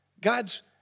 God's